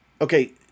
Okay